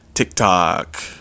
tiktok